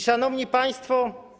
Szanowni Państwo!